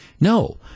no